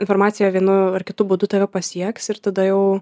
informacija vienu ar kitu būdu tave pasieks ir tada jau